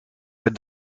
per